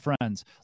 friends